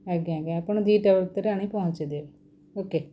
ଆଜ୍ଞା ଆଜ୍ଞା ଆପଣ ଦୁଇଟା ଭିତରେ ଆଣି ପହଞ୍ଚେଇ ଦିଅ ଓ କେ